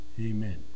Amen